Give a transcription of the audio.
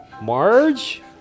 Marge